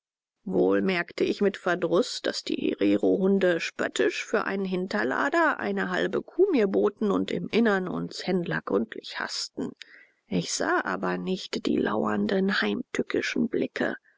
wohl merkte ich mit verdruß daß die hererohunde spöttisch für einen hinterlader eine halbe kuh mir boten und im inneren uns händler gründlich haßten ich sah aber nicht die lauernden heimtückischen blicke